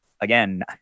again